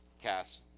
Cass